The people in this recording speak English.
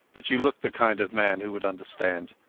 but you looked the kind of man who would understand.